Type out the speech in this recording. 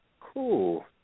Cool